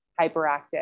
hyperactive